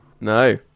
No